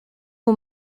aux